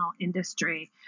industry